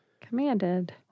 commanded